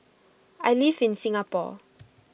I live in Singapore